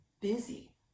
busy